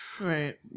Right